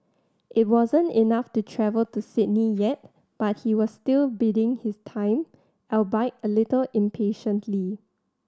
it wasn't enough to travel to Sydney yet but he was still biding his time albeit a little impatiently